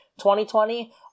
2020